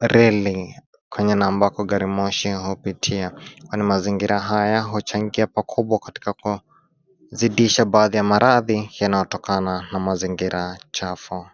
reli kwenye na ambapo gari moshi hupitia. Kwani mazingira haya huchangia pakubwa katika kuzidisha baadhi ya marathi yanayotokana na mazingira chafu.